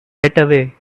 getaway